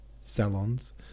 salons